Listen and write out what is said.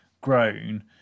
grown